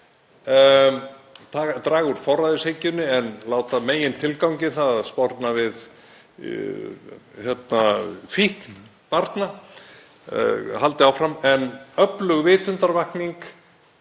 að draga úr forræðishyggjunni en láta megintilganginn, þ.e. að sporna við fíkn barna, halda áfram með öflugri vitundarvakningu